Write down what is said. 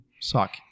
suck